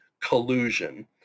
collusion